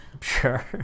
Sure